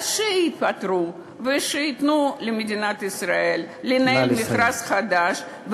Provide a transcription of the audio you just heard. אז שיתפטרו וייתנו למדינת ישראל לנהל מכרז חדש,